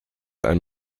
ein